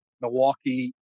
Milwaukee